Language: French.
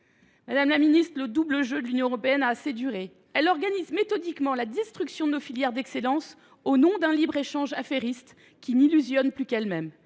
moque t on ? Le double jeu de l’Union européenne a assez duré : elle organise méthodiquement la destruction de nos filières d’excellence au nom d’un libre échange affairiste qui n’illusionne plus qu’elle même.